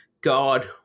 God